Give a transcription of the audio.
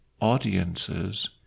audiences